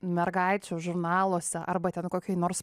mergaičių žurnaluose arba ten kokioj nors